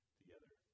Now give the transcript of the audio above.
together